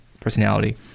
personality